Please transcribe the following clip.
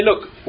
look